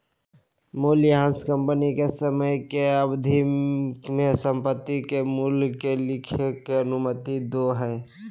मूल्यह्रास कंपनी के समय के अवधि में संपत्ति के मूल्य के लिखे के अनुमति दो हइ